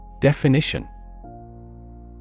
Definition